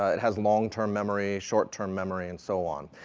ah it has long-term memory, short-term memory, and so on.